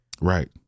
Right